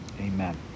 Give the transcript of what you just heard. amen